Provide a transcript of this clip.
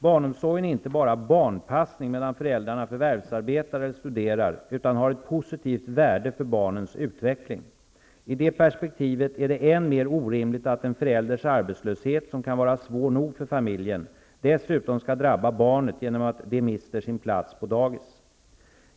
Barnomsorgen är inte bara barnpassning medan föräldrarna förvärvsarbetar eller studerar, utan har ett positivt värde för barnens utveckling. I det perspektivet är det än mer orimligt att en förälders arbetslöshet, som kan vara svår nog för familjen, dessutom skall drabba barnet genom att det mister sin plats på dagis.